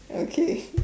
okay